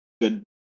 good